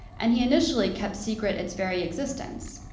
and he initially kept secret it's very existence,